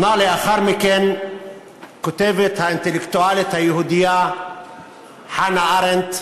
שנה לאחר מכן כותבת האינטלקטואלית היהודייה חנה ארנדט,